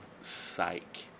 psych